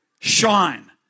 Shine